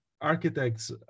architects